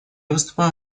выступаю